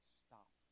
stop